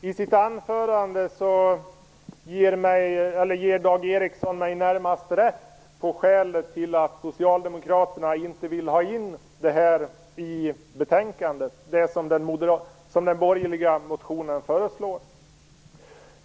Herr talman! Dag Ericson ger mig i sitt anförande närmast rätt om skälet till att Socialdemokraterna inte vill ha in det som föreslås i den borgerliga motionen i betänkandet.